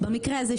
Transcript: במקרה הזה,